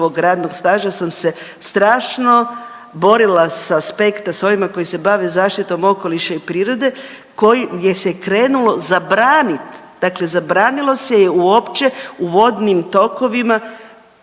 radnog staža sam se strašno borila s aspekta s ovima koji se bave zaštitom okoliša i prirode koji gdje se krenulo zabranit, dakle zabranilo se uopće u vodnim tokovima